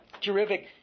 Terrific